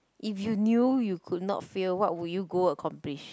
if you knew you could not fail what would you go accomplish